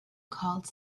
called